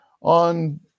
on